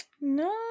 No